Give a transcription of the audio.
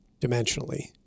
dimensionally